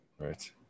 Right